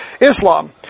Islam